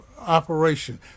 operation